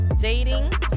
dating